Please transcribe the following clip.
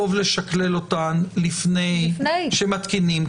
טוב לשקלל אותן לפני שמתקינים.